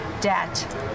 debt